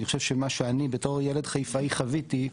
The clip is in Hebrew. אני חושב שמה שאני בתור ילד חיפאי חוויתי,